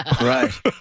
Right